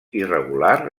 irregular